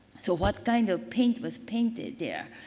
so, what kind of paint was painted there?